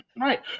right